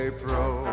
April